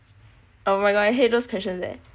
oh my god I hate those questions eh